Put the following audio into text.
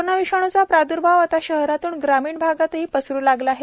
corona विषाण्या प्रादुर्भाव आता शहरातून ग्रामीण भागातही पसरू लागला आहे